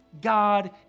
God